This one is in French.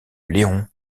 léon